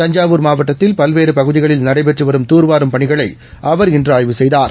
தஞ்சாவூர் மாவட்டத்தில் பல்வேறு பகுதிகளில் நடைபெற்று வரும் தூர்வாரும் பணிகளை அவர் இன்று ஆய்வு செய்தார்